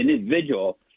individual –